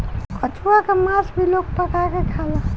कछुआ के मास भी लोग पका के खाला